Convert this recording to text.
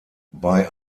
bei